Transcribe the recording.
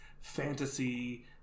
fantasy